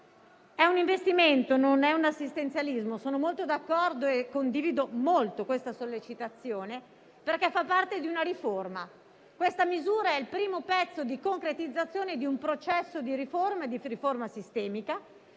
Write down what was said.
È un investimento e non un assistenzialismo. Sono d'accordo e condivido molto questa sollecitazione perché fa parte di una riforma. La misura al nostro esame è il primo pezzo di concretizzazione di un processo di riforma sistemica